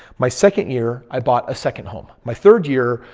my second year, i bought a second home. my third year,